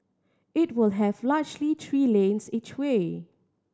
it will have largely three lanes each way